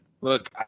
look